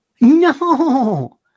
no